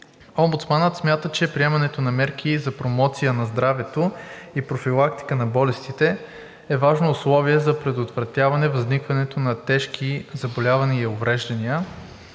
Омбудсманът смята, че предприемането на мерки за промоция на здравето и профилактика на болестите е важно условие за предотвратяване възникването на тежки заболявания и увреждания,